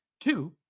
Two